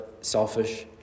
selfish